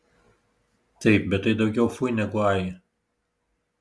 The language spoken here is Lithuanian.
taip bet tai daugiau fui negu ai